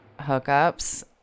hookups